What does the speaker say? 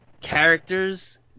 characters